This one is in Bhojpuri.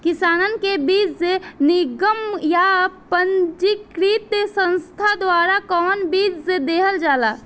किसानन के बीज निगम या पंजीकृत संस्था द्वारा कवन बीज देहल जाला?